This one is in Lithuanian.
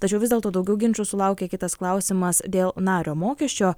tačiau vis dėlto daugiau ginčų sulaukė kitas klausimas dėl nario mokesčio